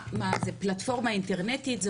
מה זה, פלטפורמה אינטרנטית?